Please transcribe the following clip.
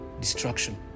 destruction